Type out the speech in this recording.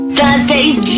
Thursday's